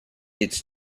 its